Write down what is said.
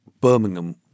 Birmingham